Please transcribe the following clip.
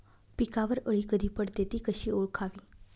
पिकावर अळी कधी पडते, ति कशी ओळखावी?